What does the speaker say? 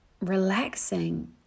relaxing